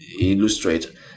illustrate